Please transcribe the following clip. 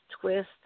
twist